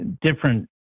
different